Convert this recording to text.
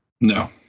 No